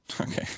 Okay